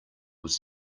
was